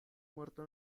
muerto